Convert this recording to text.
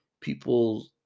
people